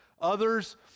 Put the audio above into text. Others